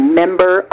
member